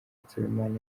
nsabimana